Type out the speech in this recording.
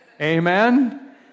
Amen